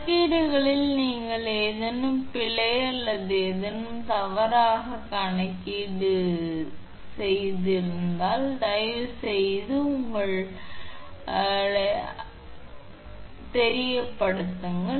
கணக்கீடுகளில் நீங்கள் ஏதேனும் பிழை அல்லது ஏதேனும் தவறு சரியான கணக்கீடு பிழை ஏதேனும் இருந்தால் தயவுசெய்து உங்கள் நீங்கள் அழைப்பது தயவுசெய்து இதை எனக்கு தெரியப்படுத்துங்கள்